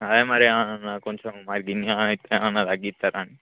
అదే మరి ఏమైనా కొంచెం మరి గిన్నిగానం ఇస్తారు ఏమైనా తగ్గిస్తారా అని